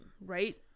right